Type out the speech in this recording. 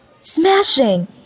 Smashing